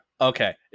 Okay